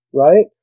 Right